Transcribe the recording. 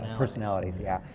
um personalities, yeah.